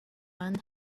one